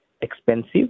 expensive